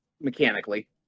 mechanically